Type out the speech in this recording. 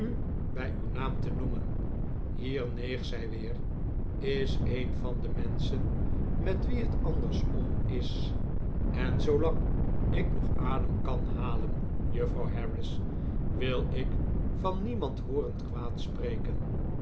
bij uw naam te noemen hier neeg zij weer is een van de menschen met wie het net andersom is en zoolang ik nog adem kan halen juffrouw harris wil ik van niemand hooren